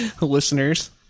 listeners